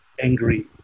angry